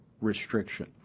restriction